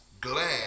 glad